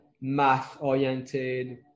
math-oriented